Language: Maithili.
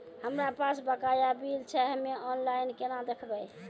हमरा पास बकाया बिल छै हम्मे ऑनलाइन केना देखबै?